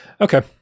Okay